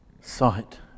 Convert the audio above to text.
sight